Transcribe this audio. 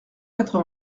quatre